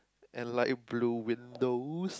and light blue windows